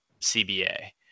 CBA